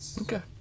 Okay